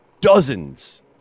dozens